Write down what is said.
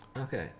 Okay